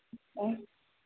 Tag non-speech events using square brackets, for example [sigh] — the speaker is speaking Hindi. [unintelligible]